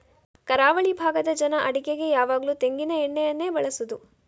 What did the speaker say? ಕರಾವಳಿ ಭಾಗದ ಜನ ಅಡಿಗೆಗೆ ಯಾವಾಗ್ಲೂ ತೆಂಗಿನ ಎಣ್ಣೆಯನ್ನೇ ಬಳಸುದು